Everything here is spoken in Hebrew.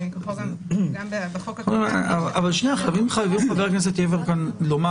לא נכון, חבר הכנסת יברקן.